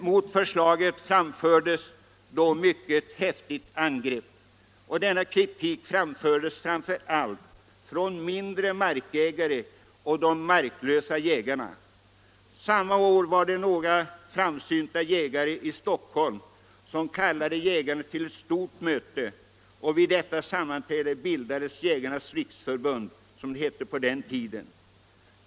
Mot förslaget framfördes då mycket stark kritik framför allt av ägare till mindre marker och av de marklösa jägarna. Samma år var det några framsynta jägare i Stockholm som kallade jägare till ett stort möte, och vid detta sammanträde bildades Jägarnas riksförbund, som det hette på den tiden.